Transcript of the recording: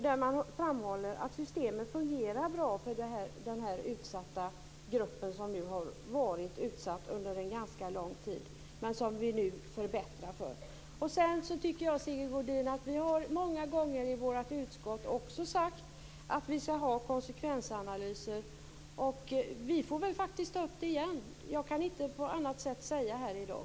Där framhåller man att systemet fungerar bra för den grupp som under en ganska lång tid varit utsatt men som vi nu förbättrar för. Många gånger har vi, Sigge Godin, i vårt utskott talat om att vi skall ha konsekvensanalyser. Vi får väl ta upp den frågan igen. Jag kan inte uttala mig på något annat sätt här i dag.